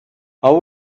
how